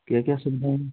क्या क्या सुविधा है